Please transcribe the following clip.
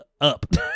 up